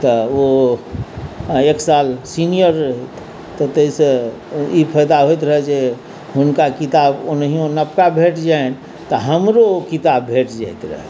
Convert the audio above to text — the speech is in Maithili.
तऽ ओ एक साल सीनियर तऽ ताहिसँ ई फाइदा होइत रहै जे हुनका किताब ओनहिओ नवका भेट जानि तऽ हमरो किताब भेट जाएत रहै